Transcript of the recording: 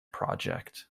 project